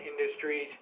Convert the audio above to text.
industries